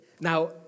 Now